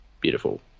beautiful